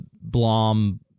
Blom